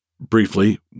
Briefly